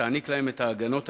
שתעניק להם את ההגנות הנדרשות.